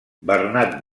bernat